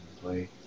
Play